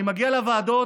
אני מגיע לוועדות,